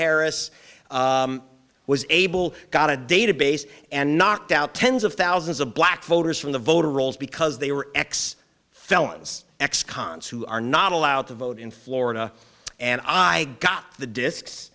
harris was able got a database and knocked out tens of thousands of black voters from the voter rolls because they were x felons x cons who are not allowed to vote in florida and i got the disks